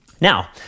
Now